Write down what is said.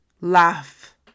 laugh